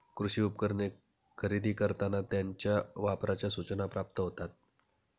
कृषी उपकरणे खरेदी करताना त्यांच्या वापराच्या सूचना प्राप्त होतात